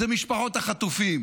אלה משפחות החטופים,